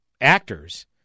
actors